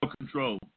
control